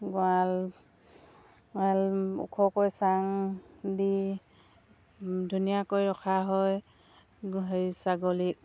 গঁৰাল গঁৰাল ওখকৈ চাং দি ধুনীয়াকৈ ৰখা হয় সেই ছাগলীক